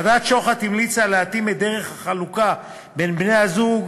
ועדת שוחט המליצה להתאים את דרך החלוקה בין בני-הזוג